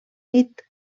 nit